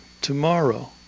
tomorrow